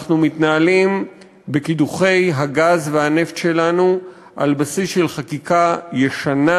אנחנו מתנהלים בקידוחי הגז והנפט שלנו על בסיס חקיקה ישנה.